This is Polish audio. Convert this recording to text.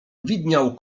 widniał